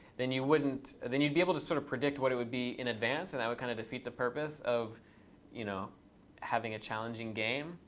then you wouldn't then you'd be able to sort of predict what it would be in advance. and that would kind of defeat the purpose of you know having a challenging game.